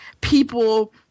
people